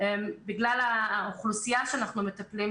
בגלל האוכלוסייה שאנחנו מטפלים,